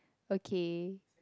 okay